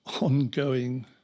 ongoing